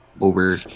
over